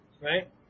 right